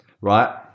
right